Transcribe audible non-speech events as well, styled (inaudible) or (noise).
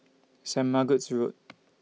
Sait Margaret's Road (noise)